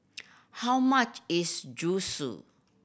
how much is Zosui